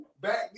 back